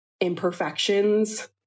imperfections